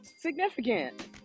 significant